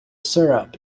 syrup